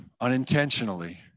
unintentionally